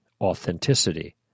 authenticity